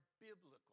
biblical